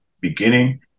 beginning